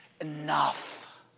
enough